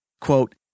quote